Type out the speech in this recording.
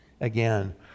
again